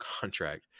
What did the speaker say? contract